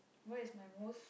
what is my most